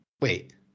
Wait